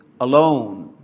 alone